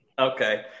Okay